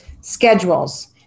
schedules